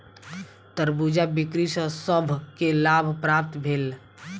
खरबूजा बिक्री सॅ सभ के लाभ प्राप्त भेल